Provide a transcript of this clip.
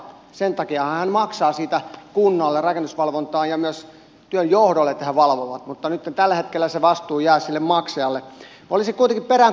sen takiahan hän maksaa siitä kunnalle rakennusvalvontaan ja myös työnjohdolle että he valvovat mutta tällä hetkellä se vastuu jää sille maksajalle